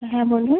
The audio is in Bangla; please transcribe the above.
হ্যাঁ বলুন